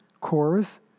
chorus